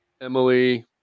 Emily